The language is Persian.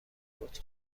فوت